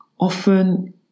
often